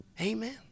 amen